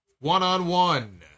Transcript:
one-on-one